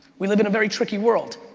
we live in a very tricky world.